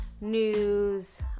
news